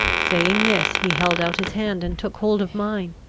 saying this, he held out his hand and took hold of mine.